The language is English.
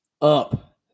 up